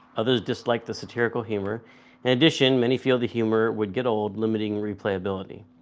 others disliked the satirical humor. in addition, many feel the humor would get old limiting replayability.